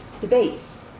debates